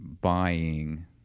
buying